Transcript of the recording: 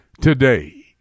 today